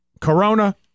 Corona